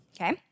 Okay